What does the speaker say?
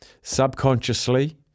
subconsciously